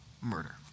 murder